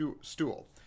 stool